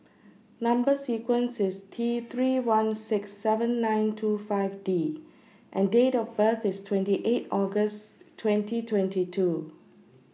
Number sequence IS T three one six seven nine two five D and Date of birth IS twenty eight August twenty twenty two